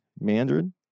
Mandarin